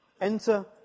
Enter